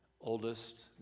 oldest